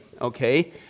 okay